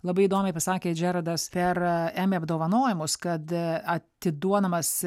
labai įdomiai pasakė džeraldas per emmy apdovanojimus kad atiduodamas